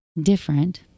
different